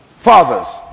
Fathers